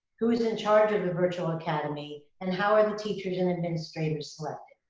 who is in charge of the virtual academy and how are the teachers and administrators selected?